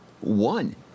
One